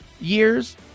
years